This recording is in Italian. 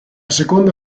seconda